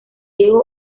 diego